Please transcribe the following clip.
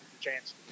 chance